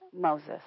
Moses